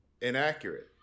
inaccurate